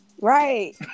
right